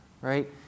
right